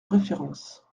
référence